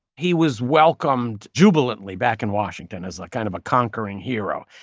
he was welcomed jubilantly back in washington as like kind of a conquering hero.